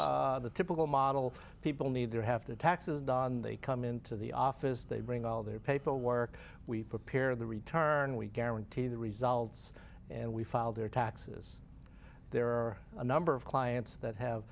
know the typical model people need to have the taxes done they come into the office they bring all their paperwork we prepare the return we guarantee the results and we file their taxes there are a number of clients that have